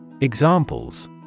Examples